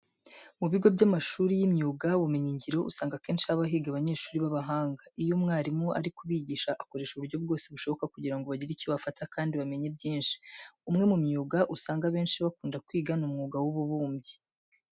Mu bigo by'amashuri y'imyuga n'ubumenyingiro usanga akenshi haba higa abanyeshuri b'abahanga. Iyo umwarimu ari kubigisha akoresha uburyo bwose bushoboka kugira ngo bagire icyo bafata kandi bamenye byinshi. Umwe mu myuga usanga abenshi bakunda kwiga ni umwuga w'ububumbyi.